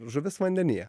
žuvis vandenyje